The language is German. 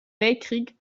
weltkrieg